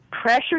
pressure